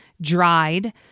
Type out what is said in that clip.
dried